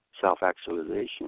self-actualization